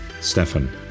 Stefan